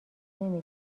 نمی